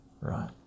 right